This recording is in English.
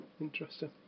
Interesting